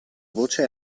voce